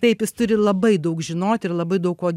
taip jis turi labai daug žinoti ir labai daug kuo